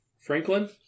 Franklin